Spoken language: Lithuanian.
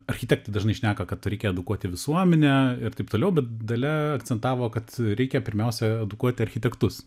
architektai dažnai šneka kad reikia edukuoti visuomenę ir taip toliau bet dalia akcentavo kad reikia pirmiausia edukuoti architektus